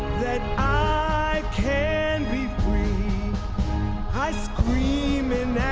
that i can be free i scream in